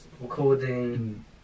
recording